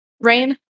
Rain